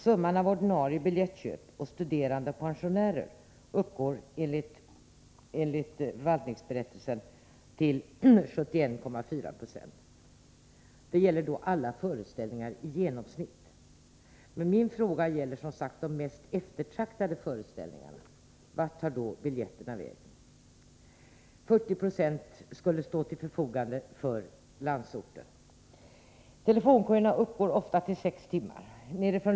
Summan av ordinarie biljettköp och det som avser studerande och pensionärer uppgår enligt berättelsen till 71,490. Detta gäller då genomsnittet beträffande alla föreställningar. Min fråga avsåg, som sagt, de mest eftertraktade föreställningarna. Vart 40 96 skulle stå till förfogande för landsorten. Det är ofta sex timmars telefonkö.